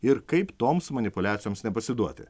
ir kaip toms manipuliacijoms nepasiduoti